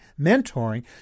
mentoring